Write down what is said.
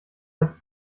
als